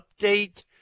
update